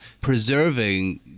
preserving